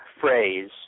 phrase